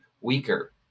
weaker